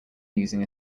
using